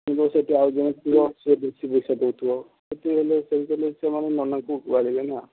କିନ୍ତୁ ସେଠି ଆଉ ଜଣେ ଥିବ ସିଏ ବେଶୀ ପଇସା ଦେଉଥିବ ସେମିତି ହେଲେ ସେମିତି ହେଲେ ସେମାନେ ନନାଙ୍କୁ ବାଡ଼େଇବେ ନା